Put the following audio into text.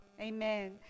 Amen